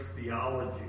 theology